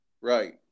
Right